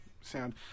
sound